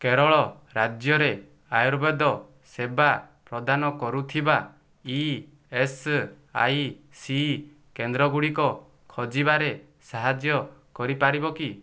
କେରଳ ରାଜ୍ୟରେ ଆୟୁର୍ବେଦ ସେବା ପ୍ରଦାନ କରୁଥିବା ଇଏସ୍ଆଇସି କେନ୍ଦ୍ରଗୁଡ଼ିକ ଖୋଜିବାରେ ସାହାଯ୍ୟ କରିପାରିବ କି